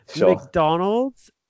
McDonald's